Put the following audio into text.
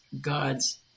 God's